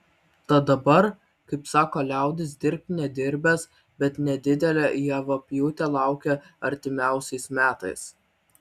tad dabar kaip sako liaudis dirbk nedirbęs bet nedidelė javapjūtė laukia artimiausiais metais